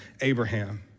Abraham